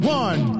one